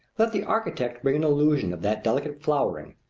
let the architect bring an illusion of that delicate flowering,